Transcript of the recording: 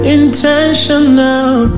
intentional